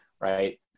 right